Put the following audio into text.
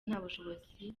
ubushobozi